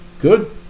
Good